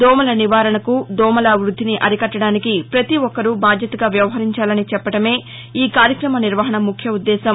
దోమల నివారణకు దోమల వృద్గిని అరికట్లడానికి ప్రతి ఒక్కరూ బాధ్యతగా వ్యవహరించాలని చెప్పడమే ఈ కార్యక్రమ నిర్వహణ ముఖ్యోద్దేశం